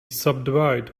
subdivide